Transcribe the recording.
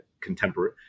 contemporary